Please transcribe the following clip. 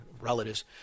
relatives